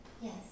Yes